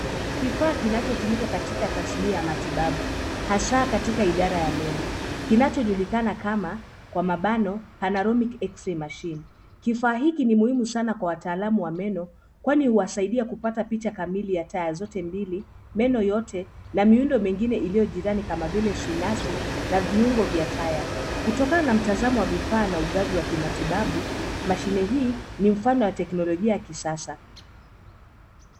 Kifaa kinachotumika katika tasmia ya matibabu, hasa katika idara ya meno kinachojulikana kama, kwa mabano Panaromic X-ray machine . Kifaa hiki ni muhimu sana kwa wataalamu wa meno kwani huwasaidia kupata picha kamili ya taya zote mbili, meno yote na miundo mengine iliyo jirani kama vile sinasi na viungo vya taya. Kutokana na mtazamo wa vifaa na ugavi wa kimatibabu, mashine hii ni mfano ya teknolojia ya kisasa.